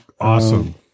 Awesome